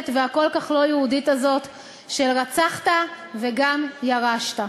והכל-כך לא יהודית הזו של "רצחת וגם ירשת".